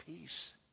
peace